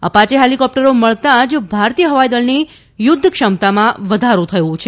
Apache હેલીકોપ્ટરો મળતાં જ ભારતીય હવાઇદળની યુદ્ધ ક્ષમતામાં વધારો થયો છે